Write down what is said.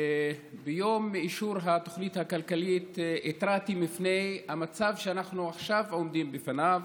ביום אישור התוכנית הכלכלית התרעתי בפני המצב שאנחנו עכשיו עומדים בפניו